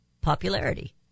popularity